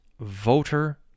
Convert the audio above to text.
voter